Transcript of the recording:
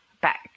back